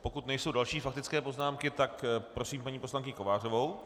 Pokud nejsou další faktické poznámky, tak prosím paní poslankyni Kovářovou.